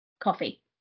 Coffee